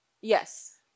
Yes